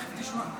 תכף תשמע.